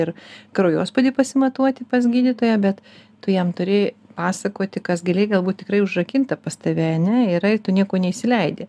ir kraujospūdį pasimatuoti pas gydytoją bet tu jam turi pasakoti kas giliai galbūt tikrai užrakinta pas tave ane yra ir tu nieko neįsileidi